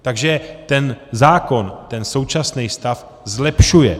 Takže ten zákon ten současný stav zlepšuje.